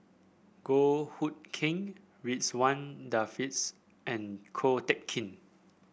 Goh Hood Keng Ridzwan Dzafir and Ko Teck Kin